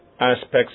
aspects